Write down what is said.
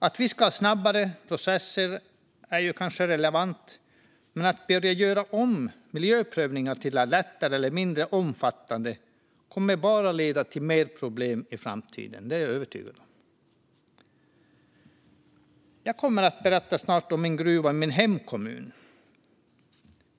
Att vi ska ha snabbare processer är kanske relevant, men att börja göra om miljöprövningar till att bli lättare eller mindre omfattande kommer bara att leda till mer problem i framtiden. Det är jag övertygad om. Jag kommer snart att berätta om gruvan i min hemkommun.